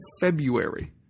February